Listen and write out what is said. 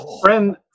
Friend